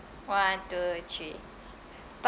one two three part